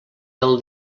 del